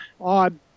odd